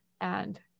And-